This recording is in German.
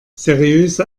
seriöse